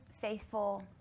faithful